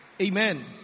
Amen